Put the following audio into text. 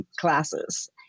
classes